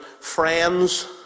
friends